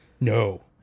No